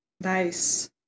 Nice